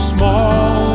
Small